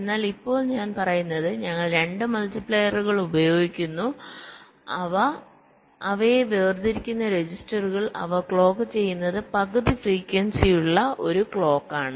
എന്നാൽ ഇപ്പോൾ ഞാൻ പറയുന്നത് ഞങ്ങൾ 2 മൾട്ടിപ്ലയറുകൾ ഉപയോഗിക്കുന്നു അവയെ വേർതിരിക്കുന്ന രജിസ്റ്ററുകൾ അവ ക്ലോക്ക് ചെയ്യുന്നത് പകുതി ഫ്രീക്വൻസിയുള്ള ഒരു ക്ലോക്ക് ആണ്